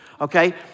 okay